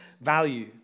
value